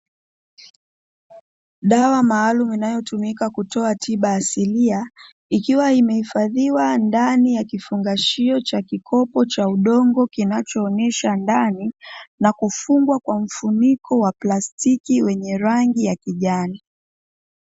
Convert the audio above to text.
Dawa maalum inayotumika kutoa tiba asilia ikiwa imehifadhiwa ndani ya kifungashio cha kikopo cha udongo kinachoonesha ndani. Na kufungwa kwa mfuniko wa plastiki wenye rangi ya kijani.